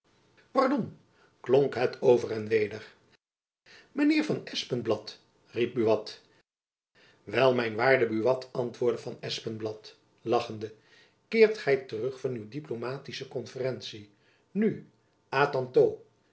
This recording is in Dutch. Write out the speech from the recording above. pardon klonk het over en weder mijn heer van espenblad riep buat wel mijn waarde buat antwoordde van espenblad jacob van lennep elizabeth musch lachende keert gy terug van uw diplomatische konferentie nu à